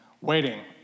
waiting